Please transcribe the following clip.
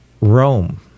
Rome